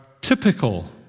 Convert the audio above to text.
typical